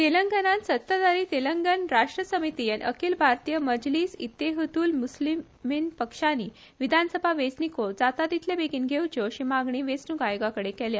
तेलंगणात सत्ताधारी तेलंगण राष्ट्र समिती आनी अखिल भारतीय मजलीस इतेहद्ल मुस्लिमीन पक्षानी विधानसभा वेचणुको जाता तितले बेगीन घेवच्यो अशी मागणी वेचणूक आयोगाकडेन केल्या